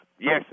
Yes